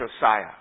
Josiah